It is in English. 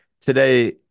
Today